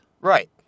right